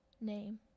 name